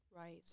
Right